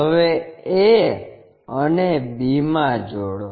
હવે a અને b માં જોડૉ